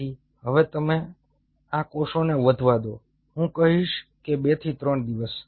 તેથી હવે તમે આ કોષોને વધવા દો હું કહીશ કે 2 થી 3 દિવસ